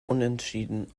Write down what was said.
unentschieden